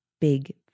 big